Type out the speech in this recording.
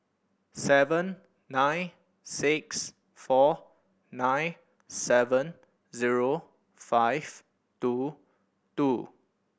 seven nine six four nine seven zero five two two